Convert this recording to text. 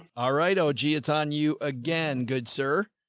all right. oh gee, it's on you again. good, sir.